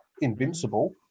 invincible